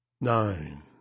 nine